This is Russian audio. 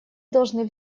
должны